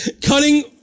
cutting